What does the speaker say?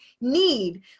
need